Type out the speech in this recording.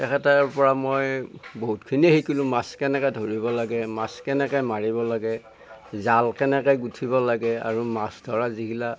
তেখেতৰ পৰা মই বহুত খিনিয়ে শিকিলোঁ মাছ কেনেকৈ ধৰিব লাগে মাছ কেনেকৈ মাৰিব লাগে জাল কেনেকৈ গুঠিব লাগে আৰু মাছ ধৰা যিগিলা